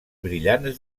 brillants